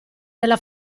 della